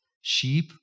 sheep